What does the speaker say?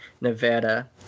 Nevada